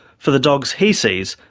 for the dogs he sees,